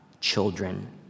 children